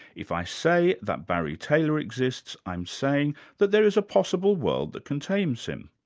if i say that barry taylor exists, i'm saying that there is a possible world that contains him.